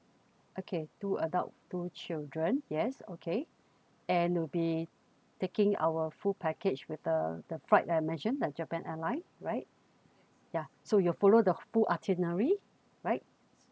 okay two adult two children yes okay and will be taking our full package with the the flight that I mentioned that japan airline right yeah so you follow the full itinerary right